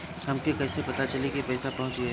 हमके कईसे पता चली कि पैसा पहुच गेल?